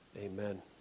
Amen